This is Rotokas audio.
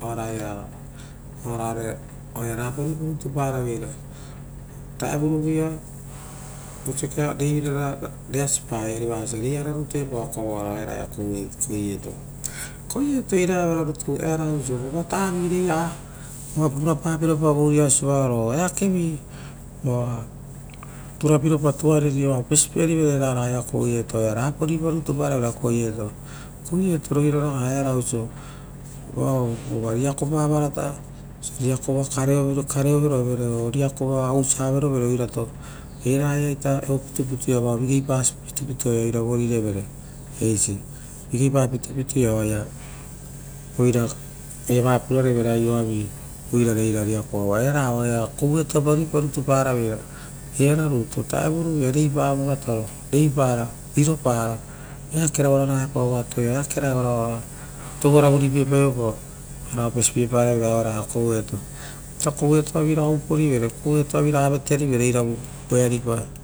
vararo oara ia rapa ruipa rutu paraveira. Ovutarovu ia reirara reasi paveira, ari varaga osia rei ara rutu epao kovoara eraia koueto. Koueto ira evara rutu, earaga osa vavatavai rei a oo purapaviopao vo ivao sovaraia oo eakevi oa purapiropa tuariri oa opesipierivere roira ragaia koueto. Oaia rapa rii pa rutu paravera era koueto. Koueto roira raga era vao osio vova riakopa varata, vosia riakova kareoviro oo kareo, vosa riakova ousa auerovere oirato evaia ita ra vigeipa pitupitu oaia ita oira vorire vere, eisi, vigeipa pitupitu ia oaia eva purarevere aioavi. Roirare eira riakova eva oara kouetoa pa rii pa rutu paravveira, eravuto ovutaro vuia rei paa vavataro, reipara, riro para eakera oara epao, ora eakea evara ora toua vuri pie pae pao, vaopesipiepare veira eraia koueto, vosa kouetoa viraga uporivere, kouetoavi raga vaterive re ira vupa voearipa.